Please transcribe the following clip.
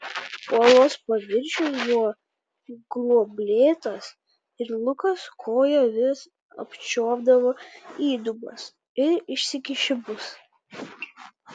uolos paviršius buvo gruoblėtas ir lukas koja vis apčiuopdavo įdubas ir išsikišimus